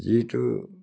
যিটো